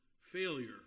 failure